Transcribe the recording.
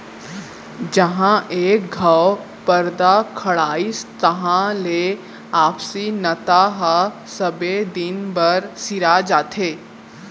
जहॉं एक घँव परदा खड़ाइस तहां ले आपसी नता ह सबे दिन बर सिरा जाथे